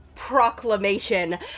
proclamation